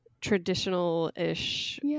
traditional-ish